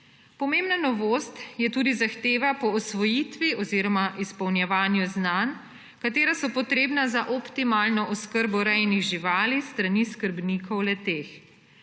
Pomembna novost je tudi zahteva po usvojitvi oziroma izpolnjevanju znanj, ki so potrebna za optimalno oskrbo rejnih živali s strani skrbnikov le-teh.